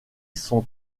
son